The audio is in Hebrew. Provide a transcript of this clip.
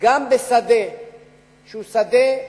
גם בשדה שהוא שדה,